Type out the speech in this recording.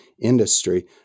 industry